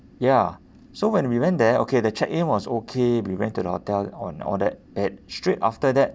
ya so when we went there okay the check in was okay we went to the hotel on all that and straight after that